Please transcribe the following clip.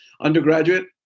undergraduate